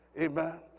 Amen